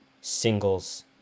singles